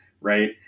right